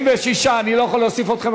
36. אני לא יכול להוסיף אתכם,